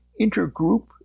intergroup